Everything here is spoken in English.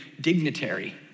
dignitary